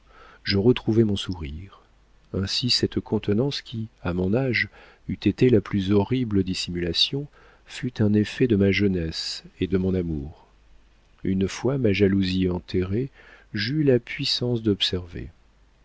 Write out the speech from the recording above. je retrouvai mon sourire ainsi cette contenance qui à mon âge eût été la plus horrible dissimulation fut un effet de ma jeunesse et de mon amour une fois ma jalousie enterrée j'eus la puissance d'observer